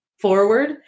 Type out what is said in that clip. forward